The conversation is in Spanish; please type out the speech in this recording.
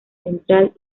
central